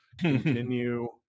continue